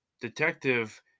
detective